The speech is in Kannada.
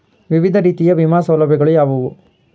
ವಿವಿಧ ರೀತಿಯ ವಿಮಾ ಸೌಲಭ್ಯಗಳು ಯಾವುವು?